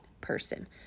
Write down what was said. person